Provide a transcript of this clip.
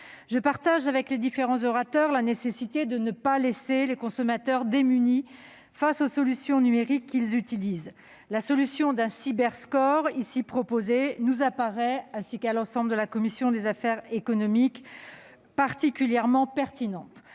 Je rejoins les différents orateurs pour souligner la nécessité de ne pas laisser les consommateurs démunis face aux solutions numériques qu'ils utilisent. La solution d'un Cyberscore, proposée ici, me paraît, ainsi qu'à l'ensemble de la commission des affaires économiques, particulièrement pertinente.